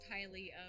highly